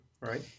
right